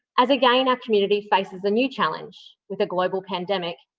as, again, our community faces a new challenge with the global pandemic,